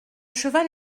cheval